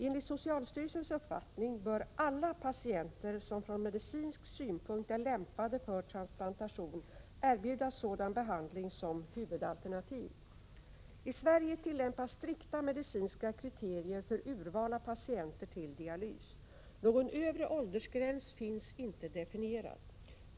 Enligt socialstyrelsens uppfattning bör alla patienter som från medicinsk synpunkt är lämpade för transplantation erbjudas sådan behandling som huvudalter 181 nativ. I Sverige tillämpas strikta medicinska kriterier för urval av patienter till dialys. Någon övre åldersgräns finns inte definierad.